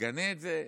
תגנה את זה?